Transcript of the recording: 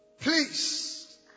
Please